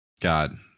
God